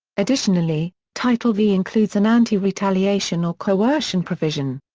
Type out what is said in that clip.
additionally, title v includes an anti-retaliation or coercion provision.